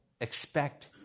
expect